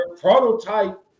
prototype